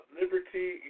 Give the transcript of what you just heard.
liberty